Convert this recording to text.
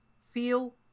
feel